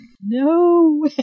No